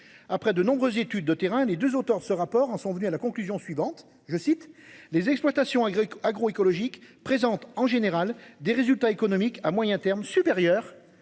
Après de nombreuses études de terrain, les 2 auteurs de ce rapport en sont venus à la conclusion suivante, je cite, les exploitations agricoles, agro-écologique présente en général des résultats économiques à moyen terme supérieurs